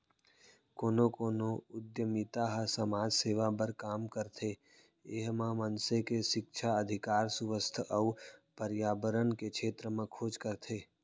कोनो कोनो उद्यमिता ह समाज सेवा बर काम करथे ए ह मनसे के सिक्छा, अधिकार, सुवास्थ अउ परयाबरन के छेत्र म खोज करथे